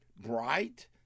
bright